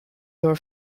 your